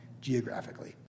geographically